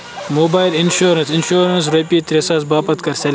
mobile insurance insurance رۄپیہِ ترٛےٚ ساس باپَتھ کَر سِلیکٹ